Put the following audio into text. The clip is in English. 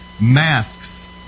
masks